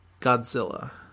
Godzilla